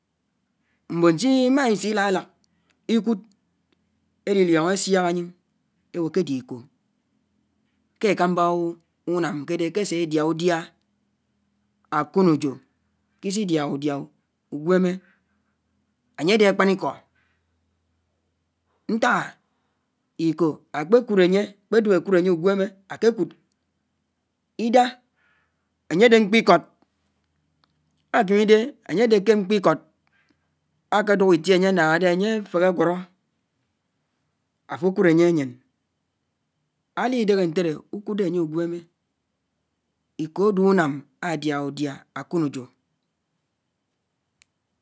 Mbon sima isilalák ikúd eli lióñgo esiák anyin ewo kere ikoh, ke ekamba unám kede, kese adia udia akọnejo, ke isidiah udiá ụñwémé. Anye ade akpaniko ñtakal, ikoh akpékúdanye uñwémé, anye ade ñkpikọd akémé ide ade ke mkpikod keduk itie anye anchade anye adehe aguo afọ kied anye añyéñ alidehe ñtele ukude anye uñwémé. Ikoh ade unám adia udiá akoñejo.